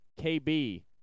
KB